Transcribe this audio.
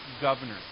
governor